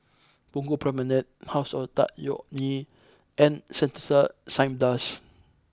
Punggol Promenade House of Tan Yeok Nee and Sentosa Cineblast